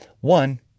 One